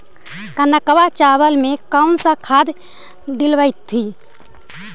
कनकवा चावल में कौन से खाद दिलाइतै?